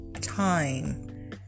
time